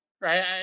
right